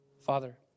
Father